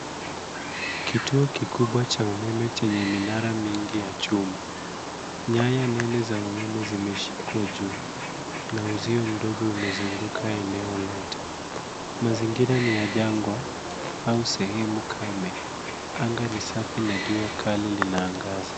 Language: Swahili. Kituo kikubwa cha umeme chenye minara mingi ya chuma. Nyaya nene za umeme zimeshikwa juu na uzio mdogo umezunguka eneo lote. Mazingira ni ya jangwa au sehemu kame. Anga ni safi na jua kali linaangaza.